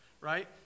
right